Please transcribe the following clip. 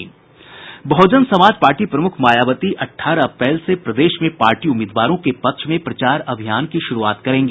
बहुजन Samaj party प्रमुख मायावती अठारह अप्रैल से प्रदेश में पार्टी उम्मीदवारों के पक्ष में प्रचार अभियान की शुरूआत करेंगी